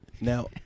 Now